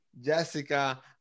Jessica